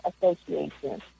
association